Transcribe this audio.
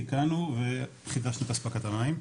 תיקנו וחידשנו את אספקת המים,